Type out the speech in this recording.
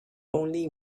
only